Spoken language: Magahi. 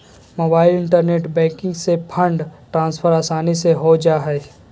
मोबाईल इन्टरनेट बैंकिंग से फंड ट्रान्सफर आसानी से हो जा हइ